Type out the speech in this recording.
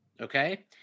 Okay